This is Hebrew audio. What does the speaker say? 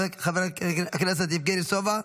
חבר הכנסת יבגני סובה,